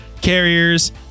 carriers